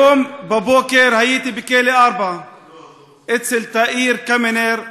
היום בבוקר הייתי בכלא 4 אצל תאיר קמינר,